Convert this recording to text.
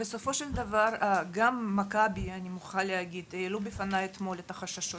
בסופו של דבר גם מכבי העלו בפניי אתמול את החששות